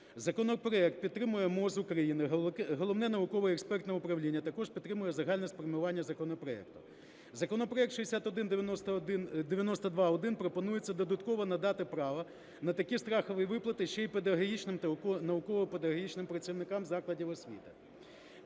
Законопроект підтримує МОЗ України. Головне науково-експертне управління також підтримує загальне спрямування законопроекту. Законопроектом 6192-1 пропонується додатково надати право на такі страхові виплати ще і педагогічним та науково-педагогічним працівникам закладів освіти.